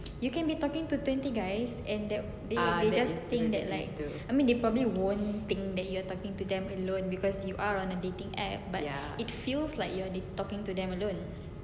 you can be talking to twenty guys and that they they just think that like I mean they probably won't think you are talking to them alone because you are on a dating app but it feels like you are talking to them alone